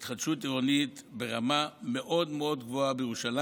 יש היום התחדשות עירונית ברמה מאוד מאוד גבוהה בירושלים.